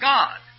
God